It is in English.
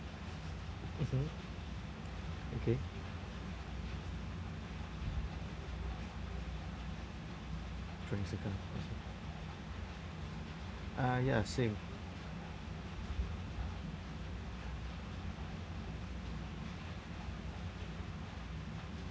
mmhmm okay franks account okay ah ya same